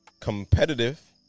competitive